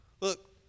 Look